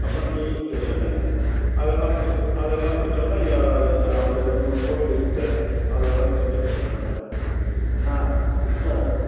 அப்புறம் டிவி ஸ்டேஷன்னு அதெல்லாம் முடிச்ச அதெல்லாம் முடிச்சோன ஆ ஒரு ரெண்டு மூணு கோவில் இருக்கு சார் அதைவேணா சுற்றி காட்டுகிறேன் நான் ஆ ஆ